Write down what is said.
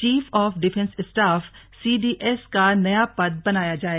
chief of defence staff CDS का नया पद बनाया जायेगा